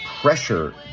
pressure